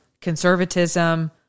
conservatism